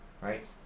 right